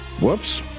whoops